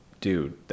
dude